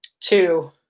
Two